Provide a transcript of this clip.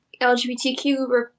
LGBTQ